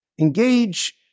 Engage